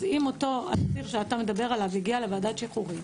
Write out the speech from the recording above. אז אם אותו אסיר שאתה מדבר עליו הגיע לוועדת שחרורים,